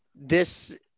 This-